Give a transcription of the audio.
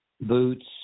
Boots